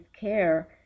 care